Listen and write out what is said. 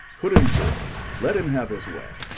put him to't let him have his way.